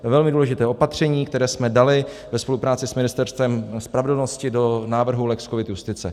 Velmi důležité opatření, které jsme dali ve spolupráci s Ministerstvem spravedlnosti do návrhu lex covid justice.